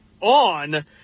on